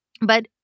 But-